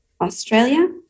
Australia